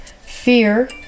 fear